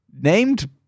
named